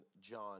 John